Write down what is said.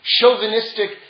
chauvinistic